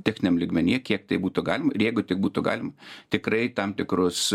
techniniam lygmeny kiek tai būtų galim ir jeigu tik būtų galim tikrai tam tikrus